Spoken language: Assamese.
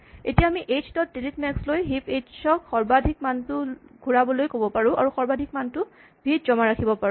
এতিয়া আমি এইচ ডট ডিলিট মেক্স কৈ হিপ এইচ ক সৰ্বাধিক মানটো ঘূৰাবলৈ ক'ব পাৰোঁ আৰু সৰ্বাধিক মানটো ভি ত জমা ৰাখিব পাৰোঁ